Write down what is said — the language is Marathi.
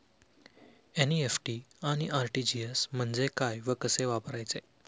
एन.इ.एफ.टी आणि आर.टी.जी.एस म्हणजे काय व कसे वापरायचे?